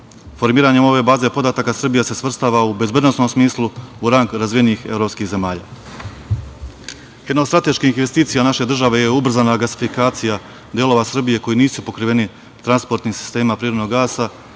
podataka. Formiranjem ove baze podataka Srbija se svrstava u bezbednosnom smislu u rang razvijenih evropskih zemalja. Jedna od strateških investicija naše države je ubrzana gasifikacija delova Srbije koji nisu pokriveni transportnim sistemima prirodnog gasa